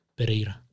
Pereira